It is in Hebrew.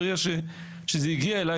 ברגע שזה הגיע אליי,